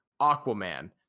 Aquaman